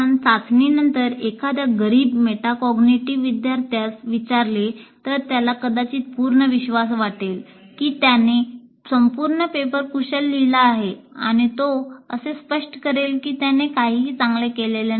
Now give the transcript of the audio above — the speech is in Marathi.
आपण चाचणीनंतर एखाद्या गरीब मेटाबॅग्निटिव्ह विद्यार्थ्यास विचारले तर त्याला कदाचित पूर्ण विश्वास वाटेल की त्याने संपूर्ण पेपर कुशल लिहिला आहे किंवा तो असे स्पष्ट करेल की त्याने काहीही चांगले केले नाही